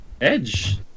Edge